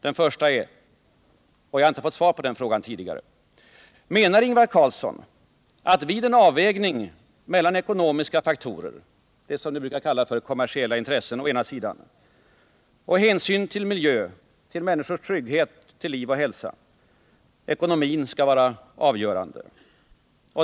Den första frågan, som jag inte har fått något svar på tidigare, lyder: Menar Ingvar Carlsson att vid en avvägning mellan ekonomiska faktorer å ena sidan — det som ni brukar kalla för kommersiella intressen — och å andra sidan hänsyn till miljö, människors trygghet, liv och hälsa skall ekonomin vara avgörande?